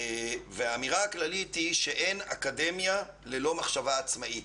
האמירה הכללית היא שאין אקדמיה ללא מחשבה עצמאית,